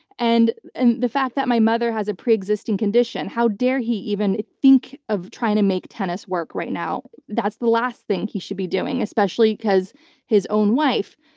and and the fact that my mother has a preexisting condition, how dare he even think of trying to make tennis work right now? that's the last thing he should be doing, especially because his own wife,